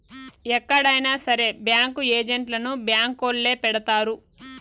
ఎక్కడైనా సరే బ్యాంకు ఏజెంట్లను బ్యాంకొల్లే పెడతారు